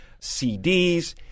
CDs